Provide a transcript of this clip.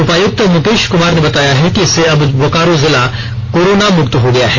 उपायुक्त मुकेश क्मार ने बताया है कि इससे अब बोकारो जिला कोरोना मुक्त हो गया है